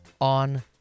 on